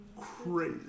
crazy